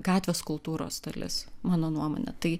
gatvės kultūros dalis mano nuomone tai